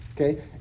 okay